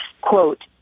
quote